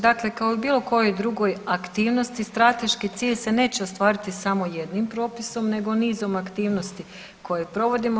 Dakle, kao i bilo kojoj drugoj aktivnosti strateški cilj se neće ostvariti samo jednim propisom nego nizom aktivnosti koje provodimo.